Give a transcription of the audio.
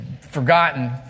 forgotten